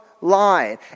line